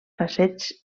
passeigs